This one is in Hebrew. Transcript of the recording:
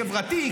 חברתי,